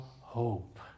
hope